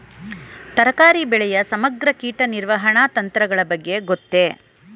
ತರಕಾರಿ ಬೆಳೆಯ ಸಮಗ್ರ ಕೀಟ ನಿರ್ವಹಣಾ ತಂತ್ರಗಳ ಬಗ್ಗೆ ಗೊತ್ತೇ?